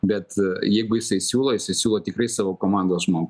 bet jeigu jisai siūlo jisai siūlo tikrai savo komandos žmogų